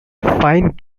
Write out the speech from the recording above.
fine